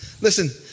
Listen